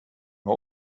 har